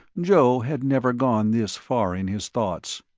joe had never gone this far in his thoughts.